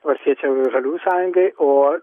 valstiečiau žaliųjų sąjungai o